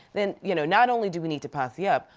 then you know not only do we need to posse up,